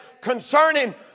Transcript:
concerning